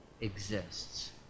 exists